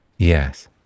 Yes